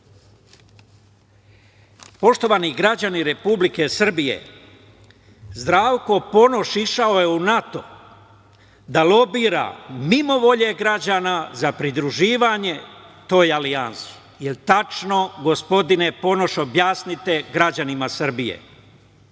jedinicu. Poštovani građani Republike Srbije, Zdravko Ponoš išao je u NATO da lobira mimo volje građana za pridruživanje toj alijansi. Jel tačno, gospodine Ponoš, objasnite građanima Srbije?U